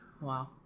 Wow